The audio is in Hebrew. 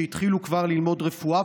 שהתחילו כבר ללמוד רפואה,